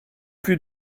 plus